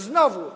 Znowu.